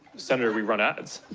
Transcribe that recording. senator, we run ads.